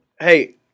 Hey